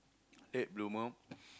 late bloomer